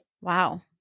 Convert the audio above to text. Wow